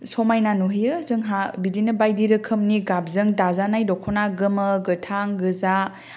समायना नुहोयो जोंहा बिदिनो बायदि रोखोमनि गाबजों दाजानाय दख'ना गोमो गोथां गोजा